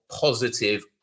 positive